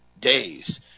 days